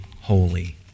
holy